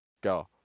Go